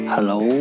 Hello